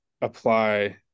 apply